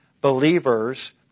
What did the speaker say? believers